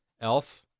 Elf